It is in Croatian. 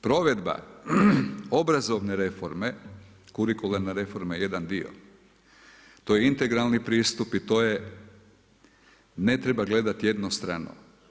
Provedba obrazovne reforme, kurikularne reforme jedan dio, to je integralni pristup i to je ne treba gledati jednostrano.